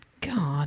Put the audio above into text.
God